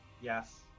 Yes